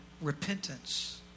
repentance